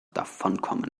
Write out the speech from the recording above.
davonkommen